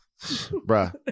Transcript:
Bruh